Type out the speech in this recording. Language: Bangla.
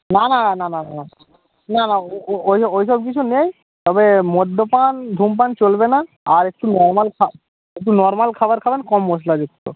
না না না না না না না না ওই সব ওই সব কিছু নেই তবে মদ্যপান ধূমপান চলবে না আর একটু নর্মাল একটু নর্মাল খাবার খাবেন কম মশলাযুক্ত